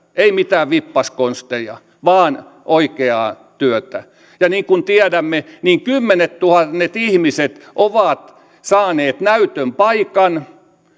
ei mitään vippaskonsteja vaan oikeaa työtä ja niin kuin tiedämme niin kymmenettuhannet ihmiset ovat saaneet näytön paikan